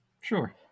Sure